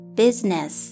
business